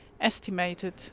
estimated